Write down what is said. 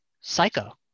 Psycho